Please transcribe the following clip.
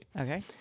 Okay